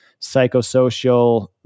psychosocial